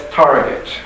target